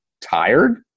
tired